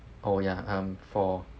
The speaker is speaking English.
oh ya um for